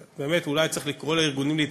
אולי צריך לקרוא לארגונים להתאחד,